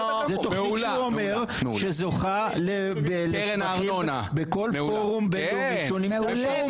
זו תוכנית שהוא אומר שזוכה לשבחים בכל פורום בין-לאומי שהוא נמצא בו.